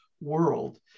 World